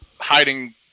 hiding